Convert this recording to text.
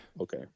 okay